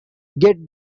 get